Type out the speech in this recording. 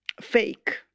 fake